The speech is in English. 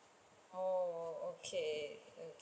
oh okay mm